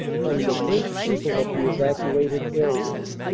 come the french people of the evacuated areas.